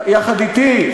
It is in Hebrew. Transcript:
יחד אתי,